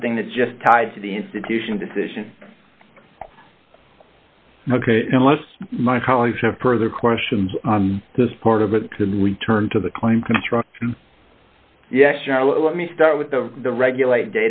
something that just tied to the institution decision ok unless my colleagues have further questions on this part of it to be returned to the claim construction yes charlotte let me start with the regulate